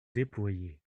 déployée